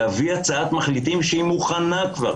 להביא הצעת מחליטים שהיא מוכנה כבר,